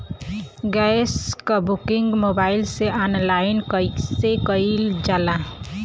Gas क booking mobile से online कईसे कईल जाला?